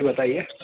جی بتائیے